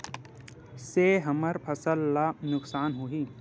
से हमर फसल ला नुकसान होही?